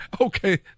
Okay